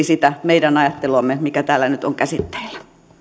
sitä meidän ajatteluamme mikä täällä nyt on käsitteillä